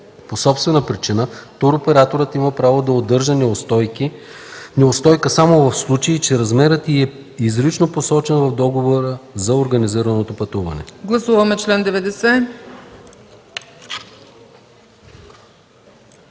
по собствена причина, туроператорът има право да удържи неустойка само в случай че размерът й е изрично посочен в договора за организирано пътуване.”